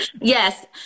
Yes